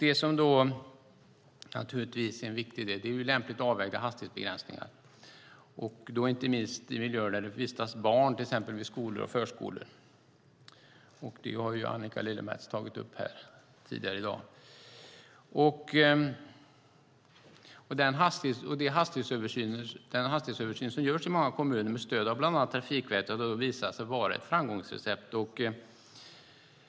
En viktig del är lämpligt avvägda hastighetsbegränsningar, inte minst i miljöer där det vistas barn, till exempel vid skolor och förskolor. Det har Annika Lillemets tagit upp tidigare i dag. Den hastighetsöversyn som görs i många kommuner, med stöd av bland annat Trafikverket, har visat sig vara ett framgångsrecept.